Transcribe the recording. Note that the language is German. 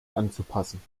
anzupassen